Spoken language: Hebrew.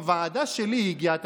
בוועדה שלי היא הגיעה,